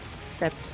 step